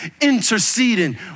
interceding